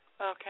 Okay